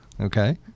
Okay